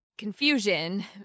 confusion